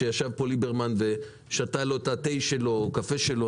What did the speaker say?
שישב פה ליברמן ושתה לו את התה או הקפה שלו,